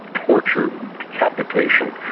torture and decapitation,